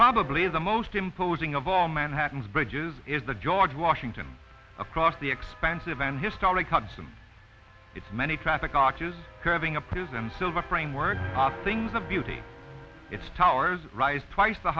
probably the most imposing of all manhattan's bridges is the george washington across the expensive and historic hudson it's many traffic arches curving a prism silver framework things of beauty its towers rise twice the